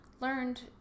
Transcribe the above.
learned